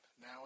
Now